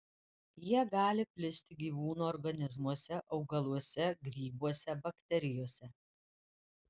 jie gali plisti gyvūnų organizmuose augaluose grybuose bakterijose